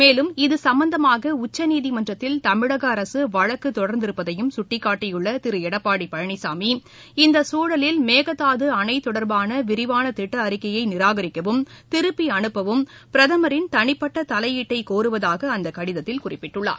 மேலும் இதுசும்பந்தமாக உச்சநீதிமன்றத்தில் தமிழக அரசு வழக்கு தொடர்ந்திருப்பதையும் சுட்டிக்காட்டியுள்ள திரு எடப்பாடி பழனிசாமி இந்த சூழலில் மேகதாது அணை தொடர்பான விரிவான திட்ட அறிக்கையை நிராகரிக்கவும் திருப்பி அனுப்பவும் பிரதமரின் தனிப்பட்ட தலையீட்டை கோருவதாக அந்தக் கடிதத்தில் குறிப்பிட்டுள்ளார்